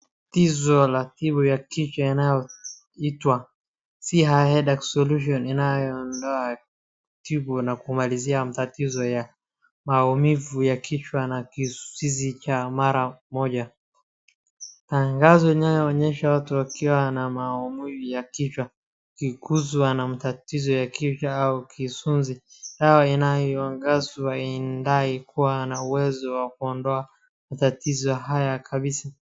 Tangazo la tiba ya kichwa inayotwa Siha headache solution , inayoondoa tiba na kumalizia matatizo ya maumivu ya kichwa na kizuzizi cha mara moja. Tangazo lenyewe laonyesha watu wakiwa na maumivu ya kichwa wakiguswa na matatizo ya kichwa au kizunzi. Dawa inayoangazwa inadai kuwa na uwezo wa kuondoa matatizo haya kabisa.